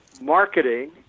marketing